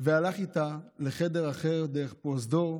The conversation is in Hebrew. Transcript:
והלך איתה לחדר אחר דרך פרוזדור,